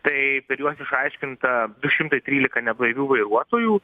tai per juos išaiškinta du šimtai trylika neblaivių vairuotojų